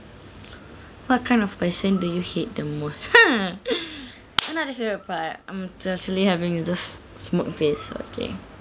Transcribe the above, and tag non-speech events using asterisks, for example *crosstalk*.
what kind of person do you hate the most *laughs* another show your part I'm just actually a just smug face okay